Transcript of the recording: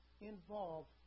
involved